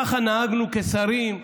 ככה נהגנו כשרים,